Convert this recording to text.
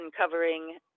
covering